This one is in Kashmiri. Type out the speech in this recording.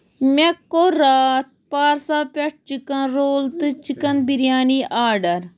مےٚ کوٚر راتھ پارسا پٮ۪ٹھ چِکن رول تہٕ چِکن بِریانی آرڈر